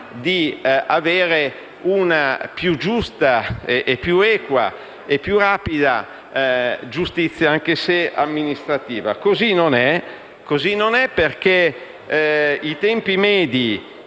di avere una più giusta, più equa e più rapida giustizia, anche se amministrativa. Così non è, perché i tempi medi